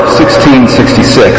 1666